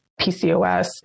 PCOS